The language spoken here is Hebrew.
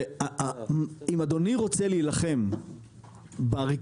אם אדוני רוצה להילחם בריכוזיות,